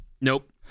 Nope